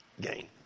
gain